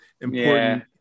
important